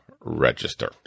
register